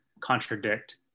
contradict